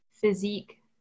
Physique